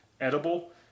edible